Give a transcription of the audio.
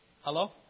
Hello